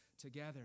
together